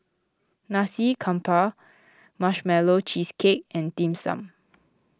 Nasi Campur Marshmallow Cheesecake and Dim Sum